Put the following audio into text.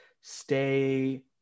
stay